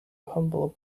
humble